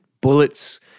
bullets